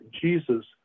Jesus